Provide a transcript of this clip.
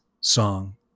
song